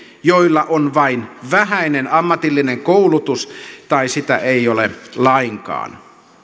joilla on vain vähäinen ammatillinen koulutus tai sitä ei ole lainkaan